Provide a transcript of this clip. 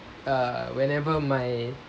err whenever my